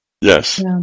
Yes